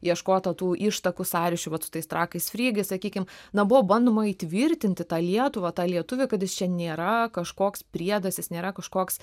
ieškota tų ištakų sąryšių vat su tais trakais frygais sakykim na buvo bandoma įtvirtinti tą lietuvą tą lietuvį kad jis čia nėra kažkoks priedas jis nėra kažkoks